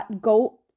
go